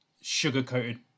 sugar-coated